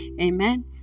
Amen